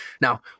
Now